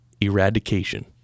eradication